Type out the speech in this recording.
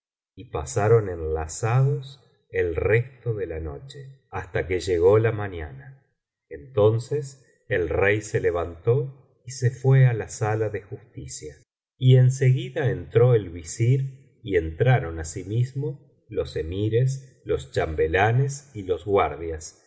y pasaron enlazados el resto de la noche hasta que llegó la mañana entonces el rey se levantó y se íué á la sala de justicia y en seguida entró el visir y entraron asimismo los emires los chambelanes y los guardias